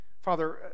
father